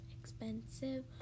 expensive